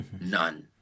None